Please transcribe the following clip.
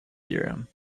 theorem